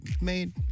made